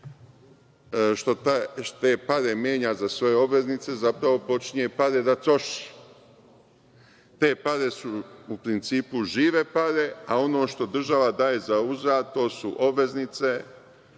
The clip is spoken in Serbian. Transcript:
što te pare menja za sve obveznice, zapravo počinje pare da troši. Te pare su, u principu žive pare, a ono što država daje zauzvrat, to su obveznice,